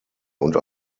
und